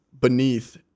beneath